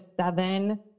seven